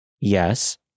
Yes